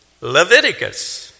Leviticus